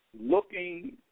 looking